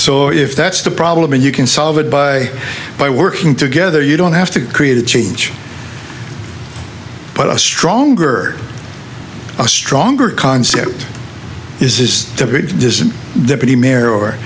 so if that's the problem and you can solve it by by working together you don't have to create a change but a stronger a stronger concept is